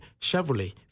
Chevrolet